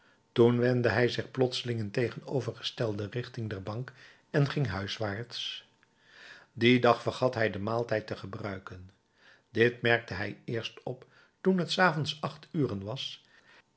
toen wendde hij zich plotseling in de tegenovergestelde richting der bank en ging huiswaarts dien dag vergat hij den maaltijd te gebruiken dit merkte hij eerst op toen het s avonds acht uren was